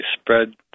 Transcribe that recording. spread